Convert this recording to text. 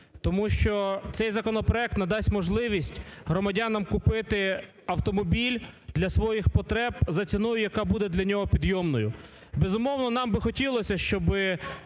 Тому що цей законопроект надасть можливість громадянам купити автомобіль для своїх потреб за ціною, яка буде для нього підйомною. Безумовно, нам би хотілося, щоби